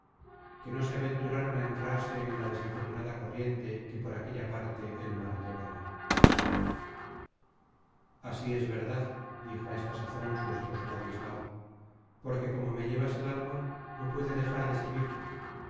que no se aventuraron á entrarse en la desenfrenada corriente que por aquella parte el mar llevaba así es verdad dijo á esta sazon su esposo ladislao porque como me llevabas el alma no pude dejar de seguirte